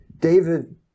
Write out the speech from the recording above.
david